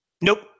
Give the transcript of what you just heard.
Nope